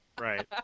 Right